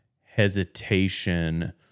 hesitation